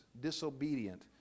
disobedient